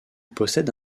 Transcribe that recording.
possède